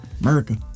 America